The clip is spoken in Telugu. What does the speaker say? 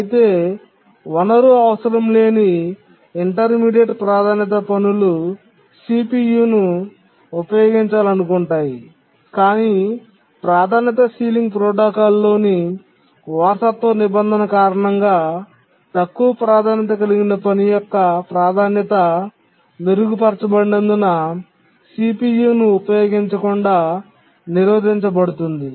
అయితే వనరు అవసరం లేని ఇంటర్మీడియట్ ప్రాధాన్యతా పనులు సిపియును ఉపయోగించాలనుకుంటున్నాయి కాని ప్రాధాన్యత సీలింగ్ ప్రోటోకాల్లోని వారసత్వ నిబంధన కారణంగా తక్కువ ప్రాధాన్యత కలిగిన పని యొక్క ప్రాధాన్యత మెరుగుపరచబడినందున సిపియును ఉపయోగించకుండా నిరోధించబడుతుంది